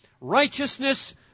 righteousness